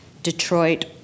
Detroit